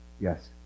Yes